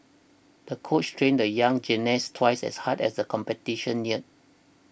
the coach trained the young gymnast twice as hard as the competition neared